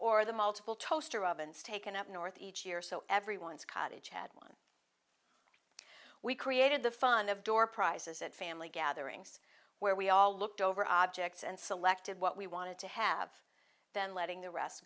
the multiple toaster ovens taken up north each year so everyone's cottage had one we created the fun of door prizes at family gatherings where we all looked over objects and selected what we wanted to have then letting the rest